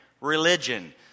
religion